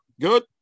Good